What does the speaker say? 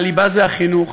והליבה זה החינוך.